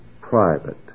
private